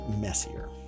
messier